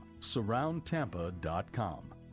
Surroundtampa.com